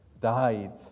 died